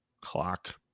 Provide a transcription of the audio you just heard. clock